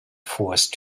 forced